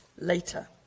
later